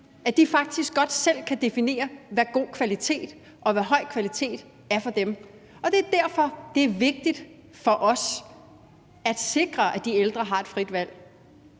at de faktisk godt selv kan definere, hvad god kvalitet og hvad høj kvalitet er for dem. Det er derfor, det er vigtigt for os at sikre, at de ældre har et frit valg.